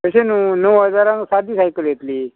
तशें न्हू णव हजारांक सादी सायकल येतली